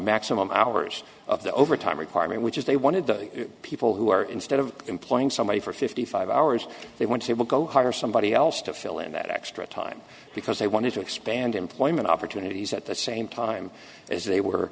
maximum hours of the overtime requirement which is they wanted the people who are instead of employing somebody for fifty five hours they want to say we'll go hire somebody else to fill in that extra time because they wanted to expand employment opportunities at the same time as they were